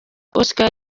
oscar